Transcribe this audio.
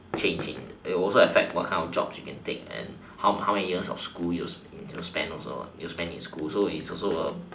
change in it also affect what type of jobs you can take and how many years of school you spend also what you spend in school what so it's also a